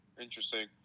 Interesting